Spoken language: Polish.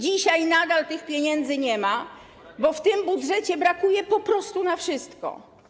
Dzisiaj nadal tych pieniędzy nie ma, bo w tym budżecie brakuje po prostu na wszystko.